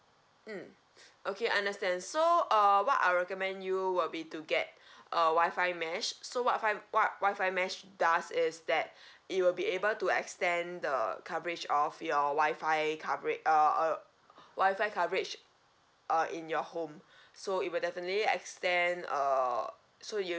mm okay understand so uh what I'll recommend you will be to get a wifi mesh so wifi what wifi mesh does is that it will be able to extend the coverage of your wifi coverage uh uh wifi coverage uh in your home so it will definitely extend err so you